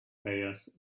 prayers